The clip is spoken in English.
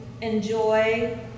enjoy